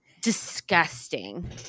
Disgusting